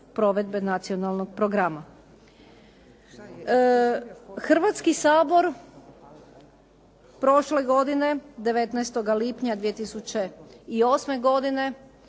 provedbe Nacionalnog programa. Hrvatski sabor prošle godine, 19. lipnja 2008. godine,